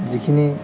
যিখিনি